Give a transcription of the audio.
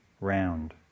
round